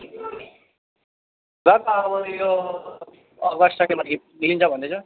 र त अब यो अगस्ट सकिएपछि निक्लिन्छ भन्दैछ